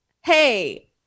Hey